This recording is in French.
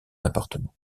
appartement